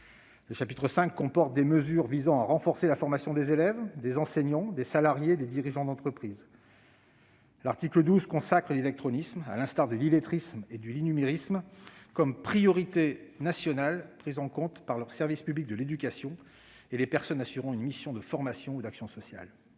Le chapitre V comporte des mesures visant à renforcer la formation des élèves, des enseignants, des salariés et des dirigeants des entreprises. L'article 12 consacre l'illectronisme, à l'instar de l'illettrisme et de l'innumérisme, comme priorité nationale prise en compte par le service public de l'éducation et les personnes assurant une mission de formation ou d'action sociale.